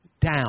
down